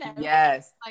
yes